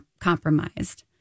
compromised